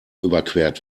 überquert